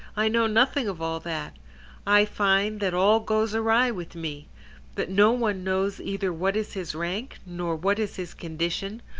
i know nothing of all that i find that all goes awry with me that no one knows either what is his rank, nor what is his condition,